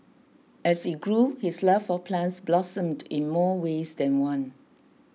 as he grew his love for plants blossomed in more ways than one